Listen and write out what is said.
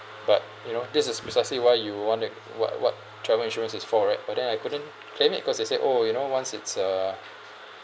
that you know this is precisely why you want it what what travel insurance is for right but then I couldn't claim it cause they said oh you know once it's uh